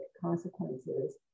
consequences